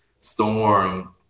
storm